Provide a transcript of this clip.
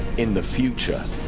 in the future